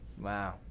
Wow